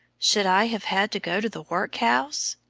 should i have had to go to the workhouse?